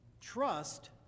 Trust